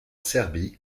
serbie